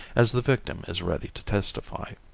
as the victim is ready to testify.